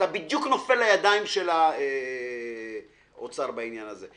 אתה בדיוק נופל לידיים של האוצר בעניין הזה.